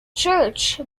church